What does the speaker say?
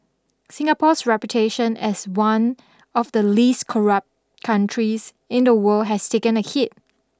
Singapore's reputation as one of the least corrupt countries in the world has taken a hit